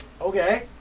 Okay